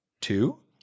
two